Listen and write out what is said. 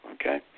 Okay